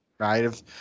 Right